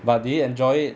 but did he enjoy it